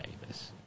Davis